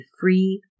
free